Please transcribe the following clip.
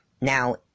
now